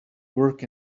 work